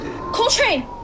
Coltrane